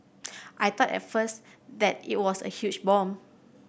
I thought at first that it was a huge bomb